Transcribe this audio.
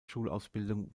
schulausbildung